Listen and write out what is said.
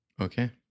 Okay